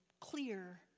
clear